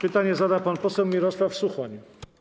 Pytanie zada pan poseł Mirosław Suchoń.